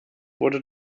wurde